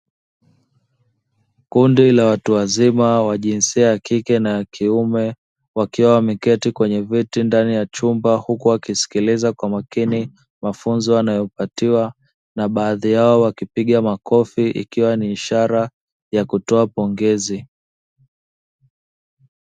Kundi la watu wazima wa jinsia ya kike na ya kiume wakiwa wameketi kwenye viti ndani ya chumba, huku wakisikiliza kwa makini mafunzo wanayopatiwa na baadhi yao wakipiga makofi ikiwa ni ishara ya kutoa pongezi.